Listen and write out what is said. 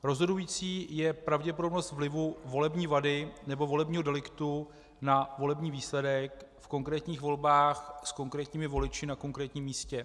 Rozhodující je pravděpodobnost vlivu volební vady nebo volebního deliktu na volební výsledek v konkrétních volbách s konkrétními voliči na konkrétním místě.